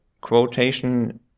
quotation